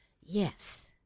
Yes